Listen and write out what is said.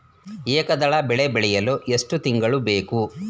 ಏಕದಳ ಬೆಳೆ ಬೆಳೆಯಲು ಎಷ್ಟು ತಿಂಗಳು ಬೇಕು?